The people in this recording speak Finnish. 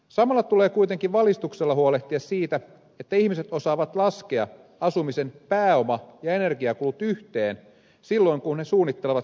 samalla tulee kuitenkin valistuksella huolehtia siitä että ihmiset osaavat laskea asumisen pääoma ja energiakulut yhteen silloin kun he suunnittelevat kotiaan